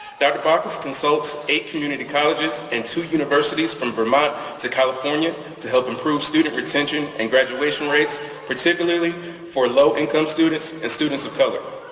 dr. baccus consults eight community colleges and two universities from vermont to california to help improve student retention and graduation rates particularly for low-income students and students of color.